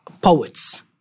poets